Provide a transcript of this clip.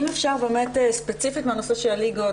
אם אפשר באמת ספציפית בנושא של הליגות,